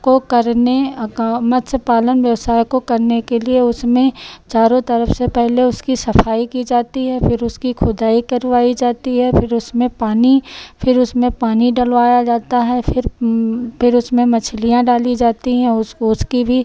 को करने का मत्स्य पालन व्यवसाय को करने के लिए उसमें चारों तरफ से पहले उसकी सफाई की जाती है फिर उसकी खुदाई करवाई जाती है फिर उसमें पानी फिर उसमें पानी डलवाया जाता है फिर फिर उसमें मछलियाँ डाली जाती हैं उसको उसकी भी